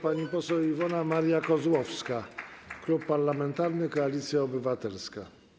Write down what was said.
Pani poseł Iwona Maria Kozłowska, Klub Parlamentarny Koalicja Obywatelska.